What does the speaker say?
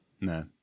no